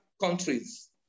countries